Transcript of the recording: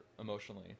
emotionally